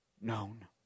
known